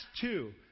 two